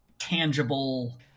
tangible